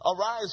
Arise